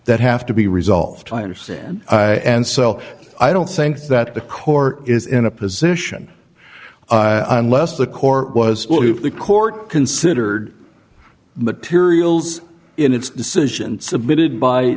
that have to be resolved i understand and so i don't think that the court is in a position unless the core was of the court considered materials in its decision submitted by